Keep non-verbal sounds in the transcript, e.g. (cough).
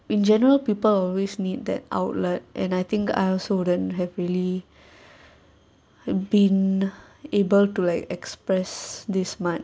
in general people always need that outlet and I think I also wouldn't have really (breath) been able to like express this much